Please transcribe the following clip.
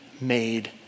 made